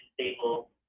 stable